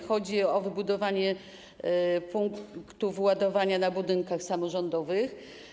Chodzi o wybudowanie punktów ładowania w budynkach samorządowych.